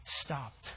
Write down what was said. stopped